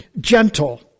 gentle